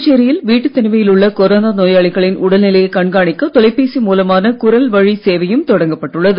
புதுச்சேரியில் வீட்டுத் தனிமையில் உள்ள கொரோனா நோயாளிகளின் உடல் கண்காணிக்க தொலைபேசி மூலமான குரல்வழி நிலையைக் சேவையும் தொடங்கப்பட்டுள்ளது